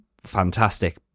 fantastic